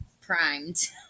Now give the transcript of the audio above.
primed